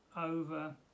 over